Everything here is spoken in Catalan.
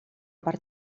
per